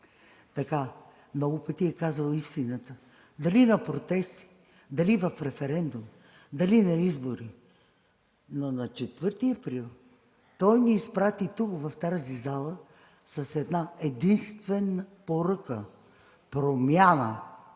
много пъти е казвал истината – дали на протести, дали на референдум, дали на избори, но на 4 април той ни изпрати тук, в тази зала, с една-единствена поръка: промяна!